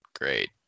great